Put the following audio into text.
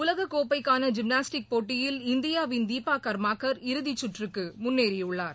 உலகக்கோப்பைக்கான றிம்னாஸ்டிக் போட்டியில் இந்தியாவின் தீபாகர்மாகர் இறுதிச்சுற்றுக்குமுன்னேறியுள்ளார்